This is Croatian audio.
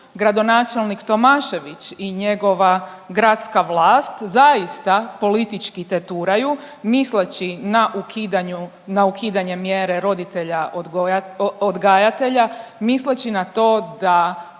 gradonačelnik Tomašević i njegova gradska vlast zaista politički teturaju misleći na ukidanje mjere roditelja-odgajatelja, misleći na to da